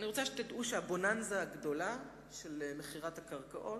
אני רוצה שתדעו שהבוננזה הגדולה של מכירת הקרקעות,